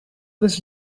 was